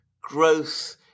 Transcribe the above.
growth